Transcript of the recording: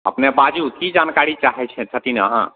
अपने बाजू की जानकारी चाहय छनि छथिन अहाँ